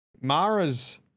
Mara's